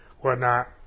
whatnot